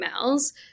emails